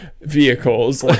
vehicles